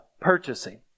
purchasing